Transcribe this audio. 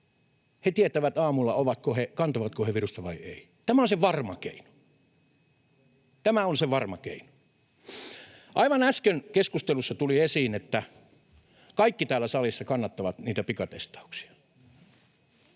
he tietävät, kantavatko he virusta vai ei. Tämä on se varma keino. Tämä on se varma keino. Aivan äsken keskustelussa tuli esiin, että kaikki täällä salissa kannattavat pikatestauksia.